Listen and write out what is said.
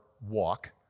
walk